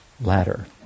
ladder